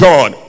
God